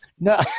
No